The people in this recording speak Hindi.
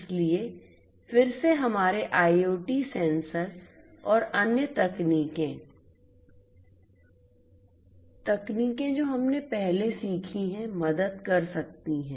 इसलिए फिर से हमारे IoT सेंसर और अन्य तकनीकें तकनीकें जो हमने पहले सीखी हैं मदद कर सकती हैं